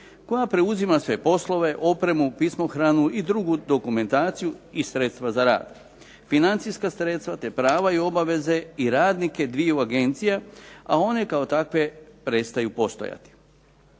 koja preuzima sve poslove, opremu, pismohranu i drugu dokumentaciju i sredstva za rad, financijska sredstva te prava i obaveze i radnike dviju agencija a one kao takve prestaju postojati.